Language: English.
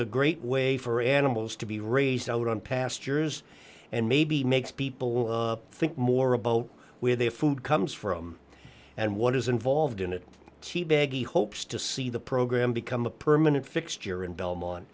a great way for animals to be raised out on pastures and maybe makes people think more about where their food comes from and what is involved in it teabag he hopes to see the program become a permanent fixture in belmont